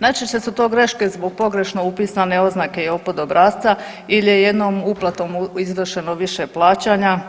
Najčešće su to greške zbog pogrešno upisane oznake JOPPD obrasca ili je jednom uplatom izvršeno više plaćanja